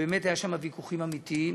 ובאמת היו שם ויכוחים אמיתיים,